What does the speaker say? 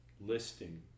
listing